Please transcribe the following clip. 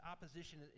opposition